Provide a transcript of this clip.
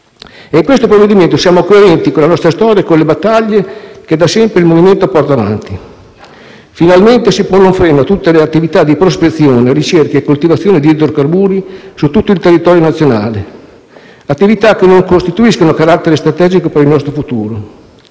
da mesi e in esso siamo coerenti con la nostra storia e con le battaglie che da sempre il Movimento porta avanti. Finalmente si pone un freno a tutte le attività di prospezione, ricerca e coltivazione di idrocarburi su tutto il territorio nazionale, attività che non rivestono carattere strategico per il nostro futuro.